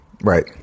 Right